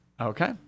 Okay